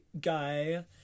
guy